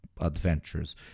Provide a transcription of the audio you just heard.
adventures